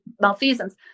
malfeasance